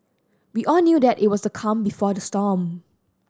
we all knew that it was the calm before the storm